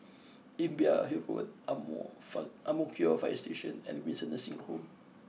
Imbiah Hill Road Ang Mo fine Ang Mo Kio Fire Station and Windsor Nursing Home